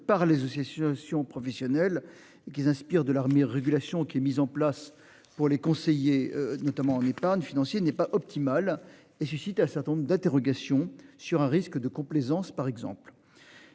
par les situation professionnelle et qui s'inspire de l'armée régulation qui est mis en place pour les conseillers notamment en épargne financier n'est pas optimale et suscite un certain nombre d'interrogations sur un risque de complaisance par exemple.